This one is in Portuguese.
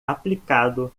aplicado